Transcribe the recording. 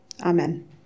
Amen